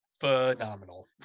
phenomenal